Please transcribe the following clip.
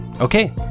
Okay